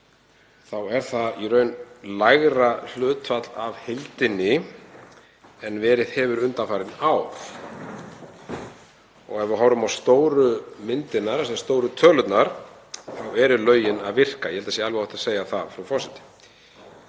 þá er það í raun lægra hlutfall af heildinni en verið hefur undanfarin ár. Ef við horfum á stóru myndina, þ.e. stóru tölurnar, eru lögin að virka, ég held að það sé alveg óhætt að segja það, frú forseti.